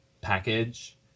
package